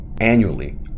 annually